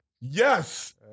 Yes